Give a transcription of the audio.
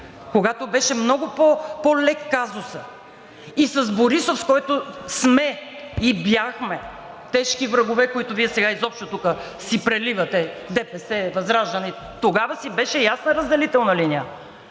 когато беше много по-лек казусът. И с Борисов, с който сме и бяхме тежки врагове, които… Вие сега изобщо тук си преливате – ДПС, ВЪЗРАЖДАНЕ, тогава си беше ясна разделителната линия,